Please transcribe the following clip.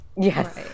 Yes